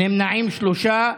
נמנעים, שלושה.